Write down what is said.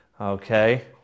okay